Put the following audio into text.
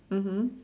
mmhmm